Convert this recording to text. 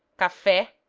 cafe.